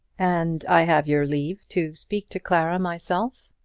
and i have your leave to speak to clara myself?